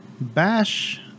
Bash